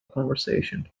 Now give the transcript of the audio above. conversation